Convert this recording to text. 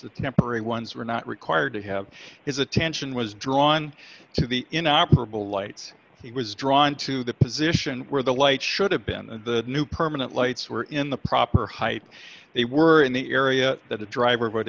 the temporary ones were not required to have his attention was drawn to the inoperable lights he was drawn to the position where the light should have been the new permanent lights were in the proper height they were in the area that the driver would